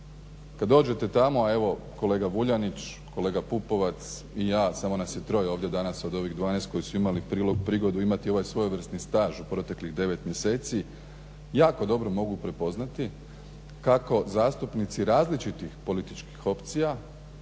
Kada dođete tamo evo kolega Vuljanić, kolega Pupovac i ja samo nas je troje danas od ovih 12 koji su imali prigodu imati svojevrsni staže u proteklih 9 mjeseci, jako dobro mogu prepoznati kako zastupnici različitih političkih opcija